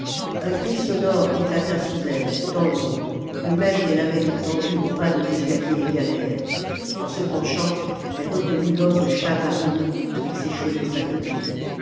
un cri sonore éclata sous elle dans l'ombre le même qu'elle avait entendu au bas de l'escalier des galères en se penchant elle reconnut l'homme de schahabarim avec ses chevaux accouplés